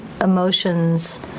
emotions